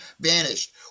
banished